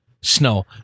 snow